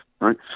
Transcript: right